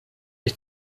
ich